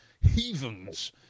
heathens